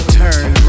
turn